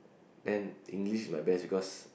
and English my best because